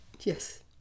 Yes